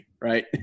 right